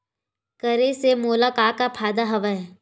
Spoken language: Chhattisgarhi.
करे से मोला का का फ़ायदा हवय?